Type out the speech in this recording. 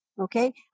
okay